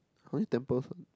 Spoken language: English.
how many temples ah